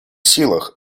силах